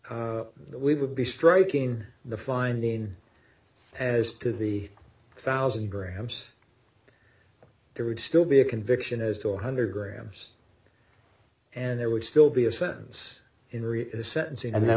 we would be striking the finding as to the thousand grams there would still be a conviction is two hundred grams and there would still be a sentence in sentencing and then